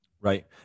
Right